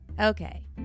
Okay